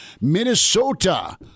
Minnesota